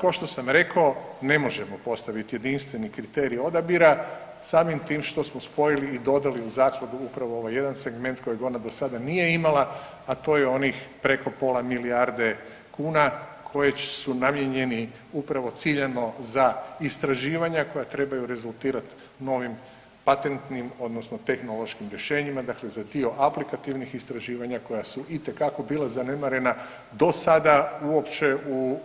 Kao što sam rekao ne možemo postaviti jedinstveni kriterij odabira samim tim što smo spojili i dodali u zakladu upravo ovaj jedan segment kojeg ona do sada nije imala, a to je onih preko pola milijarde kuna koje su namijenjeni upravo ciljano za istraživanja koja trebaju rezultirati novim patentnim odnosno tehnološkim rješenjima, dakle za dio aplikativnih istraživanja koja su itekako bila zanemarena do sada uopće